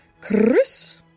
Chris